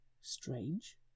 Strange